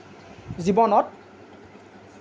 জীৱনত